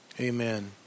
amen